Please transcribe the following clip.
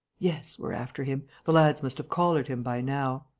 yes, we're after him. the lads must have collared him by now.